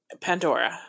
Pandora